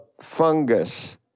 fungus